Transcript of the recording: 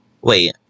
Wait